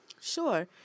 Sure